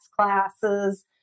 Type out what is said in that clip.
classes